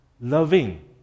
Loving